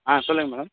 ஆ சொல்லுங்கள் மேடம்